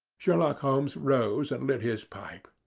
sherlock holmes rose and lit his pipe.